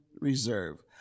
reserve